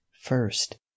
first